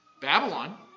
Babylon